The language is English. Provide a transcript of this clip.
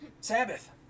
Sabbath